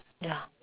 ya